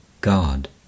God